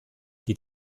die